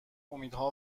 امیدها